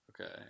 Okay